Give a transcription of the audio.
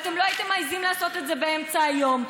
אתם לא הייתם מעיזים לעשות את זה באמצע היום.